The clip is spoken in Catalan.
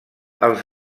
els